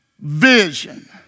vision